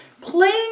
playing